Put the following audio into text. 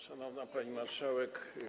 Szanowna Pani Marszałek!